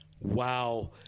Wow